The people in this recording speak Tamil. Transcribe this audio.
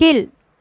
கீழ்